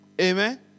Amen